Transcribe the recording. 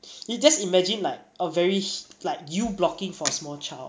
you just imagine like a very hu~ like you blocking for small child